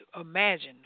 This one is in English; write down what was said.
imagine